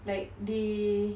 like they